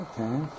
okay